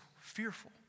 fearful